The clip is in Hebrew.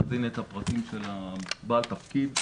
להזין את הפרטים של בעל התפקיד,